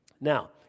Now